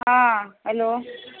हँ हेलो